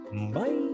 bye